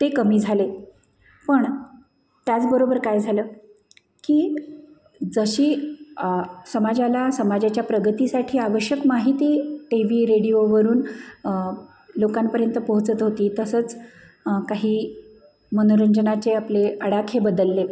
ते कमी झाले पण त्याचबरोबर काय झालं की जशी समाजाला समाजाच्या प्रगतीसाठी आवश्यक माहिती टी व्ही रेडिओवरून लोकांपर्यंत पोहोचत होती तसंच काही मनोरंजनाचे आपले आडाखे बदलले